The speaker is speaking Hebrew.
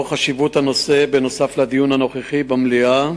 בשל חשיבות הנושא, נוסף על הדיון הנוכחי במליאה